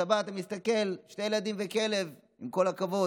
אתה בא, אתה מסתכל, שני ילדים וכלב, עם כל הכבוד.